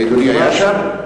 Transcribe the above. אדוני היה שם?